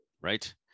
right